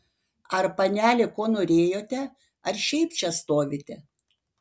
ar panelė ko norėjote ar šiaip čia stovite